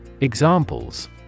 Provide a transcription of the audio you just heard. Examples